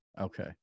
Okay